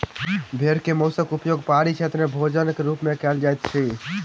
भेड़ के मौंसक उपयोग पहाड़ी क्षेत्र में भोजनक रूप में कयल जाइत अछि